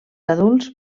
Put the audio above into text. adults